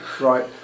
Right